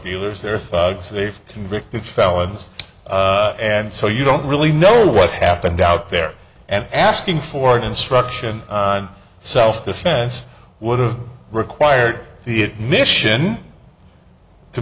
dealers they're thugs they've convicted felons and so you don't really know what happened out there and asking for an instruction on self defense would have required the admission to